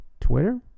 twitter